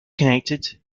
connected